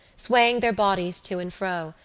swaying their bodies to and fro,